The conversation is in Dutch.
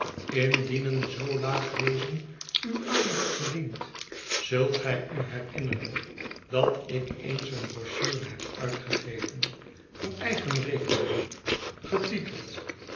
indien een zoo laag wezen uw aandacht verdient zult gij u herinneren datik eens een brochure heb uitgegeven voor eigen rekening getiteld